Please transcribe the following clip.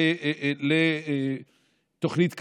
לתוכנית כלכלית?